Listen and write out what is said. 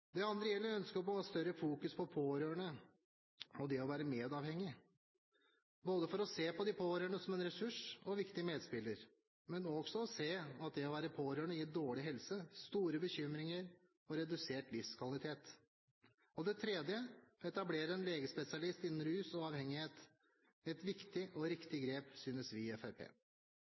Det andre gjelder ønsket om å ha større fokus på pårørende og det å være medavhengig, både for å se på de pårørende som en ressurs og viktige medspillere og også for å se at det å være pårørende gir dårlig helse, store bekymringer og redusert livskvalitet. Og det tredje, å etablere en legespesialitet innen rus og avhengighet – et viktig og riktig grep, synes vi i